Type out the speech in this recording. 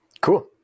Cool